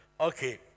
Okay